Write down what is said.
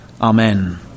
Amen